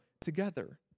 together